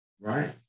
Right